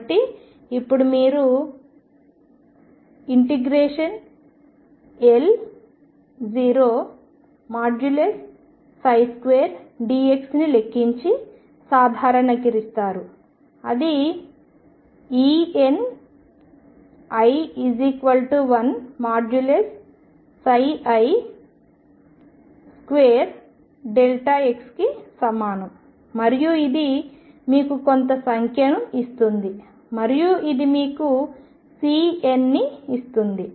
కాబట్టి ఇప్పుడు మీరు0L2dx ని లెక్కించి సాధారణీకరిస్తారు అది i1Ni2x కి సమానం మరియు ఇది మీకు కొంత సంఖ్యను ఇస్తుంది మరియు ఇది మీకు CN ని ఇస్తుంది